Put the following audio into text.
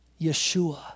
Yeshua